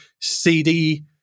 CD